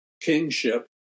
kingship